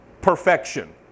perfection